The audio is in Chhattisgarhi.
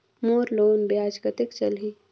मोर लोन ब्याज कतेक चलही?